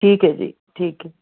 ਠੀਕ ਹੈ ਜੀ ਠੀਕ